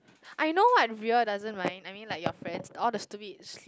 I know I real doesn't like I mean like your friends all the stupid